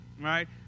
Right